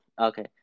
Okay